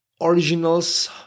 Originals